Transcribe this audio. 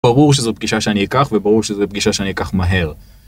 ברור שזו פגישה שאני אקח וברור שזו פגישה שאני אקח מהר.